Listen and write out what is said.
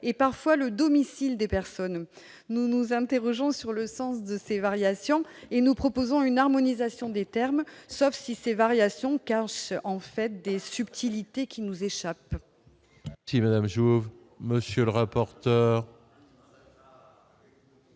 parfois le domicile des personnes nous nous interrogeons sur le sens de ces variations et nous proposons une harmonisation des termes sauf si ces variations, car en fait des subtilités qui nous échappent.